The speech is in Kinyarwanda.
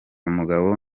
mugabo